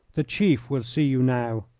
the chief will see you now.